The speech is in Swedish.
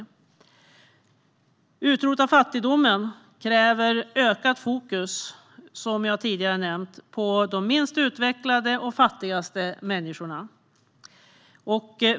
En utrotning av fattigdomen kräver ökat fokus, som jag tidigare nämnt, på de fattigaste människorna i de minst utvecklade länderna.